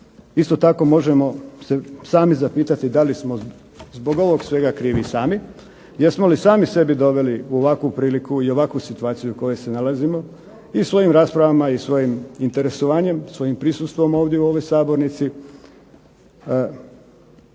Isto tako možemo se sami zapitati da li smo zbog ovog svega krivi sami, jesmo li se sami doveli u ovakvu priliku i ovakvu situaciju u kojoj se nalazimo, i svojim raspravama i svojim interesovanjem, svojim prisustvom ovdje u ovoj Sabornici